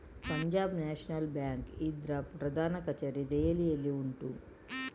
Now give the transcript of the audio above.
Punjab national bank ಇದ್ರ ಪ್ರಧಾನ ಕಛೇರಿ ದೆಹಲಿಯಲ್ಲಿ ಉಂಟು